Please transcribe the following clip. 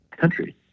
country